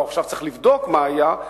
כשאמרו: עכשיו צריך לבדוק מה היה,